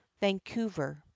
vancouver